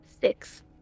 Six